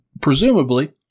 presumably